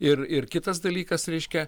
ir ir kitas dalykas reiškia